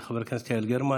וזו חברת הכנסת יעל גרמן,